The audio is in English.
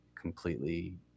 completely